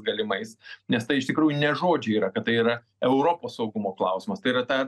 galimais nes tai iš tikrųjų ne žodžiai yra kad tai yra europos saugumo klausimas tai yra ta